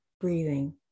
breathing